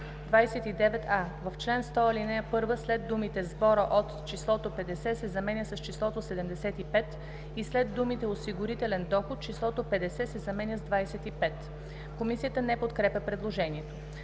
Комисията не подкрепя предложението.